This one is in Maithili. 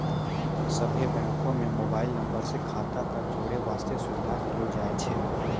सभ्भे बैंको म मोबाइल नम्बर से खाता क जोड़ै बास्ते सुविधा देलो जाय छै